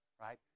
right